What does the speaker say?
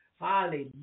Hallelujah